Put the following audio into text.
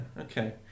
okay